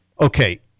Okay